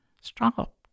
Stop